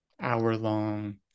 hour-long